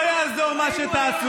הציבור לא מאמין לכם.